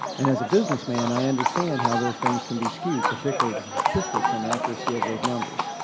and, as a businessman, i understand how those things can be skewed, particularly the statistics and accuracy of those numbers.